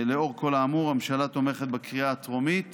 לאור כל האמור, הממשלה תומכת בקריאה הטרומית